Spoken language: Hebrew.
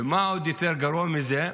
ומה עוד יותר גרוע מזה?